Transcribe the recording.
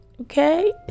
Okay